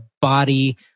body